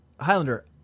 Highlander